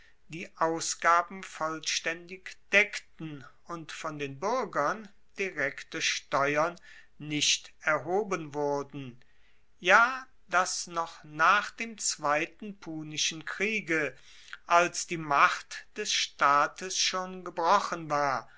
die ausgaben vollstaendig deckten und von den buergern direkte steuern nicht erhoben wurden ja dass noch nach dem zweiten punischen kriege als die macht des staates schon gebrochen war